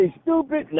stupid